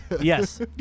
Yes